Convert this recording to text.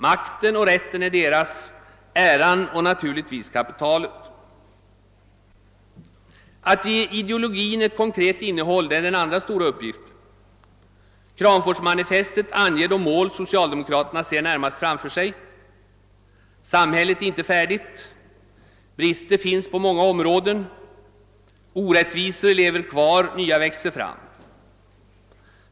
Makten och rätten är deras, äran och — naturligtvis — kapitalet.» Att ge ideologin konkret innehåll är den andra stora uppgiften. Kramforsmanifestet anger de mål socialdemokraterna ser närmast framför sig. Samhället är inte färdigt. Brister finns på många områden. Orättvisor 1ever kvar, nya växer fram.